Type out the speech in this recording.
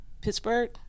Pittsburgh